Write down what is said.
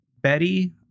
Betty